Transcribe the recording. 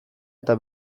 eta